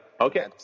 Okay